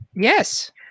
Yes